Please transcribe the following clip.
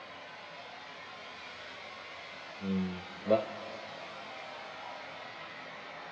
mm but